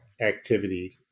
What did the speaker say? activity